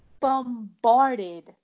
bombarded